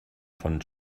von